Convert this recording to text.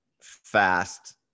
fast